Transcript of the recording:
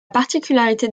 particularité